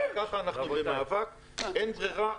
אין ברירה,